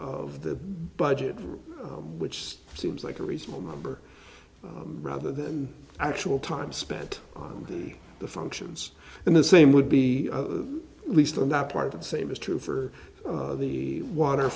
the budget which seems like a reasonable number rather than actual time spent on the the functions and the same would be the least on the part of the same is true for the water